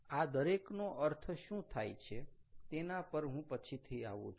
આ દરેકનો અર્થ શું થાય છે તેના પર હું પછીથી આવું છુ